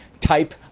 type